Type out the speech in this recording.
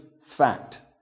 fact